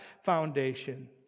foundation